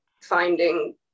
finding